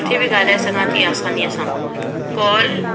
किथे बि ॻाल्हाए सघां थी असानीअ सां कॉल